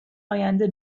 آینده